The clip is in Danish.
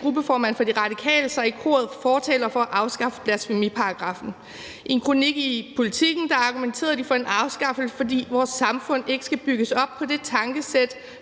gruppeformanden for De Radikale Sofie Carsten Nielsen sig i koret af fortalere for at afskaffe blasfemiparagraffen. I en kronik i Politiken argumenterede de for en afskaffelse ved at sige, at vores samfund ikke skal bygges op på det tankesæt,